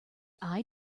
eye